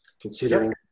considering